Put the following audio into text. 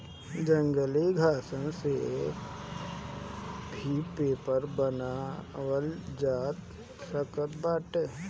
जंगली घासन से भी पेपर बनावल जा सकत बाटे